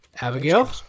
Abigail